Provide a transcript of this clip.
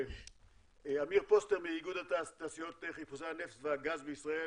אמיר פוסטר מאיגוד תעשיות חיפושי הנפט והגז בישראל,